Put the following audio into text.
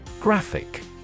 graphic